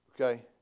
Okay